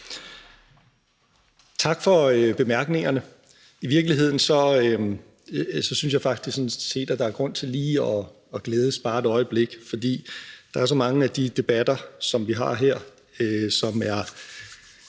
Tak for bemærkningerne. I virkeligheden synes jeg faktisk, at der sådan set er grund til lige at glædes bare et øjeblik, for der er så mange af de debatter, som vi har her, som er